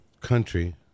Country